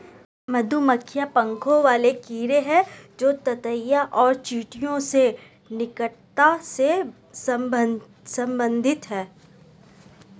मधुमक्खियां पंखों वाले कीड़े हैं जो ततैया और चींटियों से निकटता से संबंधित हैं